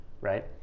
right